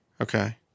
Okay